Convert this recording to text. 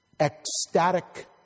ecstatic